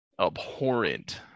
Abhorrent